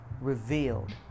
revealed